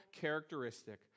characteristic